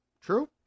True